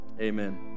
amen